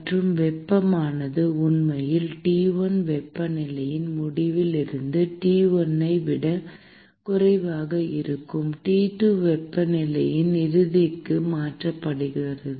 மற்றும் வெப்பமானது உண்மையில் T1 வெப்பநிலையின் முடிவில் இருந்து T1 ஐ விட குறைவாக இருக்கும் T2 வெப்பநிலையின் இறுதிக்கு மாற்றப்படுகிறது